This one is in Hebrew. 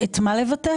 את מה לבטל?